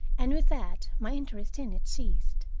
and with that my interest in it ceased.